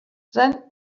then